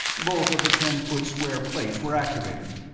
both of the ten-foot-square plates were activated.